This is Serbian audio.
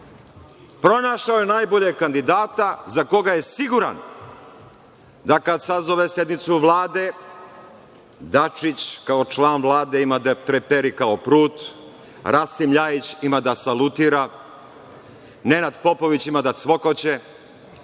Pronašao je najboljeg kandidata za koga je siguran da kada sazove sednicu Vlade, Dačić kao član Vlade ima da treperi kao prut, Rasim LJajić ima da salutira, Nenad Popović ima da cvokoće,